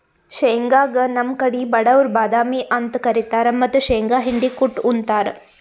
ಶೇಂಗಾಗ್ ನಮ್ ಕಡಿ ಬಡವ್ರ್ ಬಾದಾಮಿ ಅಂತ್ ಕರಿತಾರ್ ಮತ್ತ್ ಶೇಂಗಾ ಹಿಂಡಿ ಕುಟ್ಟ್ ಉಂತಾರ್